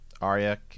Arya